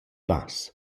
pass